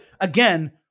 Again